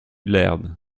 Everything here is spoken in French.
laird